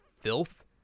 filth